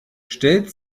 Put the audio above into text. stellt